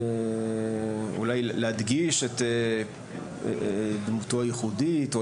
ואומר אולי להדגיש את דמותו הייחודית או